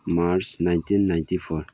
March nineteen ninety four